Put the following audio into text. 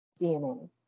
DNA